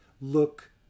Look